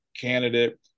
candidate